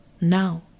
Now